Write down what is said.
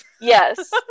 yes